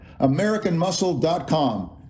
AmericanMuscle.com